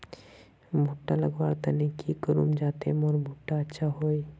भुट्टा लगवार तने की करूम जाते मोर भुट्टा अच्छा हाई?